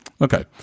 Okay